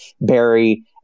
Barry